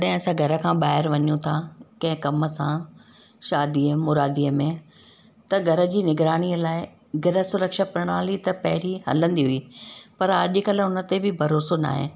कॾहिं असां घर खां ॿाहिरि वञूं था कंहिं कम सां शादी मुरादीअ में त घर जी निगरानीअ लाइ गृह सुरक्षा प्रणाली त पहिरीं हलंदी हुई पर अॼुकल्ह उन ते बि भरोसो नाहे